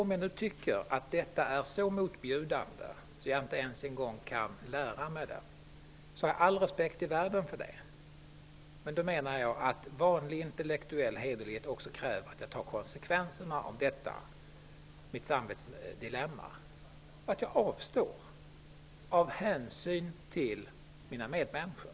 Om man tycker att detta är så motbjudande att man inte ens kan lära sig det, har jag all respekt i världen för detta. Men då kräver vanlig intellektuell hederlighet att man också tar konsekvenserna av sitt samvetsdilemma och avstår av hänsyn till sina medmänniskor.